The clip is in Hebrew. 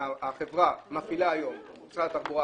החברה המפעילה היום, משרד התחבורה,